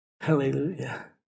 Hallelujah